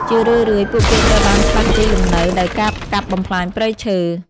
ជារឿយៗ ពួកគេត្រូវបានផ្លាស់ទីលំនៅដោយការកាប់បំផ្លាញព្រៃឈើ។